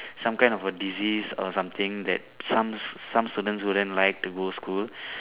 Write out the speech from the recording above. some kind of a disease or something that some some students wouldn't like to go school